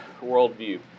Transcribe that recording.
worldview